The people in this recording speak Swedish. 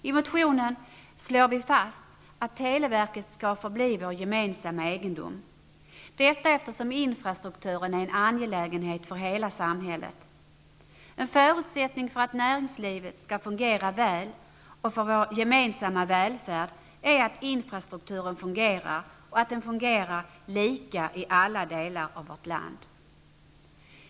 I motionen slår vi fast att televerket skall förbli vår gemensamma egendom, eftersom infrastrukturen är en angelägenhet för hela samhället. En förutsättning för att näringslivet skall fungera väl och för vår gemensamma välfärd är att infrastrukturen fungerar och att den fungerar lika i alla delar av vårt land.